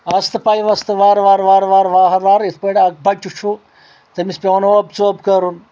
آستہٕ پایوستہٕ وارٕ وارٕ وارٕ وارٕ واہر وارٕ یِتھ پٲٹھۍ اکھ بچہ چھُ تٔمِس پٮ۪وان اوپ ژوپ کرُن